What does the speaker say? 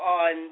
on